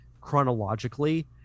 chronologically